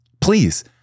please